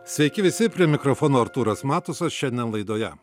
sveiki visi prie mikrofono artūras matusas šiandien laidoje